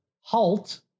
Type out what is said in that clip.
halt